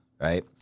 Right